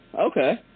Okay